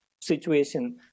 situation